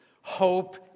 Hope